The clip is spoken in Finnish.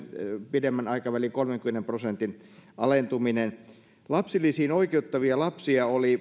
pidemmän aikavälin kolmenkymmenen prosentin alentuminen vuonna kaksituhattaseitsemäntoista lapsilisiin oikeuttavia lapsia oli